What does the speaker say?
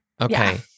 Okay